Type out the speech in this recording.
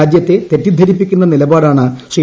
രാജ്യത്തെ തെറ്റിദ്ധരിപ്പിക്കുന്ന നിലപാടാണ് ശ്രീ